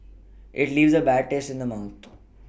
it leaves a bad taste in the mouth